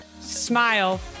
smile